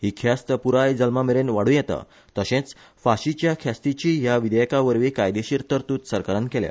ही ख्यास्त पुराय जल्मामेरेन वाडुयेता तर्शेच फाशीच्या ख्यास्तीचीय ह्या विधेयकावरवी कायदेशिर तरतूद सरकारान केल्या